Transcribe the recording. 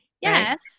Yes